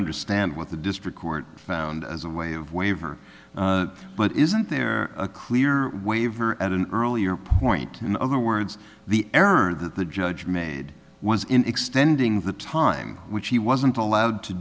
understand what the district court found as a way of waiver but isn't there a clear waiver at an earlier point in other words the error that the judge made was in extending the time which he wasn't allowed to